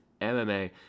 MMA